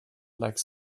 like